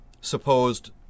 supposed